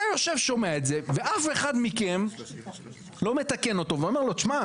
אתה יושב ושומע את זה ואף אחד מכם לא מתקן אותו ואומר לו: תשמע,